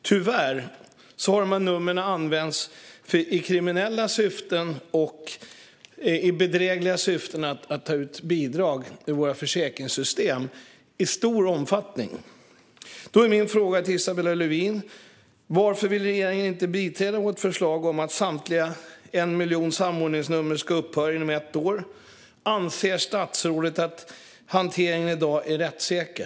Tyvärr har numren använts i kriminella syften och i bedrägliga syften för att ta ut bidrag ur våra försäkringssystem - i stor omfattning. Mina frågor till Isabella Lövin är därför: Varför vill regeringen inte biträda vårt förslag om att samtliga 1 miljon samordningsnummer ska upphöra inom ett år? Anser statsrådet att hanteringen i dag är rättssäker?